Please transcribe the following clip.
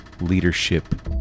leadership